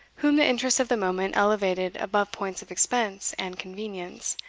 whom the interest of the moment elevated above points of expense and convenience,